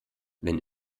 wenn